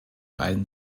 beiden